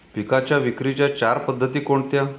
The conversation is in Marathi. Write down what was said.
पिकांच्या विक्रीच्या चार पद्धती कोणत्या?